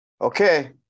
Okay